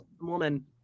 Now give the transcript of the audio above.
woman